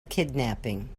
kidnapping